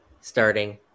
starting